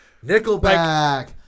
Nickelback